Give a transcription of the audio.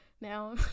now